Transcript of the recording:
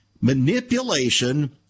manipulation